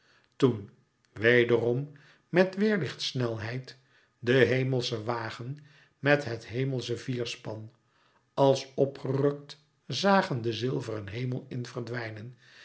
toen wederom met weêrlichtsnelheid den hemelschen wagen met het hemelsche vierspan als op gerukt zagen den zilveren hemel in verdwijnen